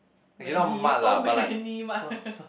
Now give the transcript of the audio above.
many so many mud